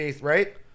Right